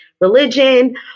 religion